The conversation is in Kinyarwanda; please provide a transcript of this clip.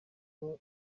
kuba